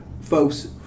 Folks